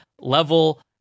level